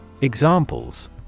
Examples